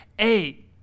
A-